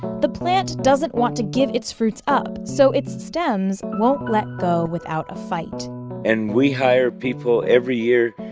the plant doesn't want to give its fruits up, so its stems won't let go without a fight and we hire people every year,